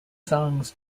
songs